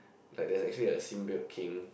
like there's actually a sin build king